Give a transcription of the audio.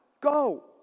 Go